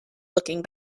looking